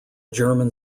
german